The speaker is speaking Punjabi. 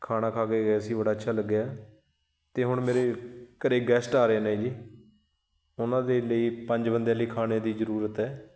ਖਾਣਾ ਖਾ ਕੇ ਗਿਆ ਸੀ ਬੜਾ ਅੱਛਾ ਲੱਗਿਆ ਅਤੇ ਹੁਣ ਮੇਰੇ ਘਰ ਗੈਸਟ ਆ ਰਹੇ ਨੇ ਜੀ ਉਹਨਾਂ ਦੇ ਲਈ ਪੰਜ ਬੰਦਿਆਂ ਲਈ ਖਾਣੇ ਦੀ ਜ਼ਰੂਰਤ ਹੈ